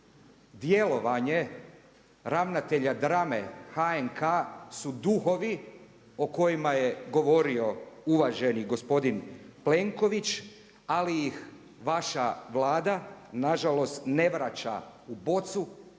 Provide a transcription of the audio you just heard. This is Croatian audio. djelovanje ravnatelja drame HNK, su duhovi o kojima je govorio uvaženi gospodin Plenković, ali ih vaša Vlada nažalost ne vraća u bocu,